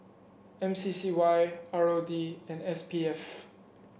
M C C Y R O D and S P F